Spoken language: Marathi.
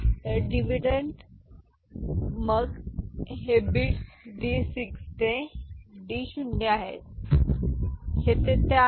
तर डिव्हिडंड मग हे बिट्स D6 ते D शून्य आहेत ते तिथे आहेत